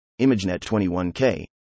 ImageNet-21K